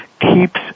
keeps